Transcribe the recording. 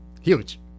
Huge